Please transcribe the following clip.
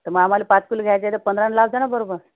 तर मग आम्हाला पाच किलो घ्यायचे तर पंधरानं लावा ना बरोबर